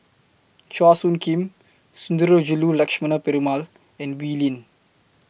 Chua Soo Khim Sundarajulu Lakshmana Perumal and Wee Lin